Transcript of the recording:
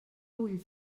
vull